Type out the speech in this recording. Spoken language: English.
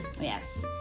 Yes